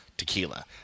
tequila